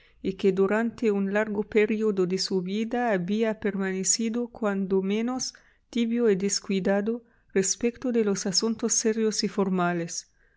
y que durante un largo período de su vida había permanecido cuando menos tibio y descuidado respecto de los asuntos serios y formales